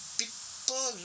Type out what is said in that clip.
people